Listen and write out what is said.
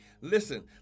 listen